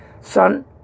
son